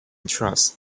trust